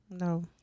No